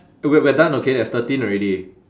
eh we're we're done okay there's thirteen already